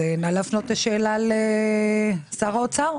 אז נא להפנות את השאלה לשר האוצר.